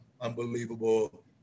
unbelievable